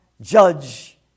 Judge